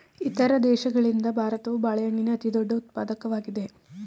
ಇತರ ದೇಶಗಳಿಗಿಂತ ಭಾರತವು ಬಾಳೆಹಣ್ಣಿನ ಅತಿದೊಡ್ಡ ಉತ್ಪಾದಕವಾಗಿದೆ